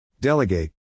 Delegate